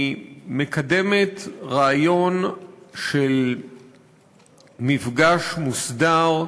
היא מקדמת רעיון של מפגש מוסדר,